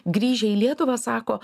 grįžę į lietuvą sako